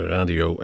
Radio